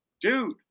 dude